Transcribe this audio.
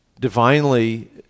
Divinely